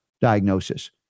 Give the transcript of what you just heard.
diagnosis